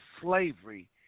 slavery